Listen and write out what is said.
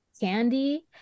candy